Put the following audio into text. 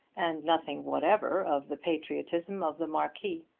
and nothing whatever of the patriotism of the marquis.